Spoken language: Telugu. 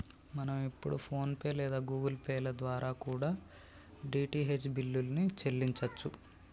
మనం ఇప్పుడు ఫోన్ పే లేదా గుగుల్ పే ల ద్వారా కూడా డీ.టీ.హెచ్ బిల్లుల్ని చెల్లించచ్చు